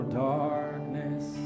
darkness